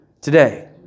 today